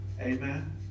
Amen